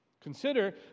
Consider